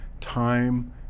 time